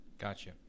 gotcha